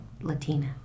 Latina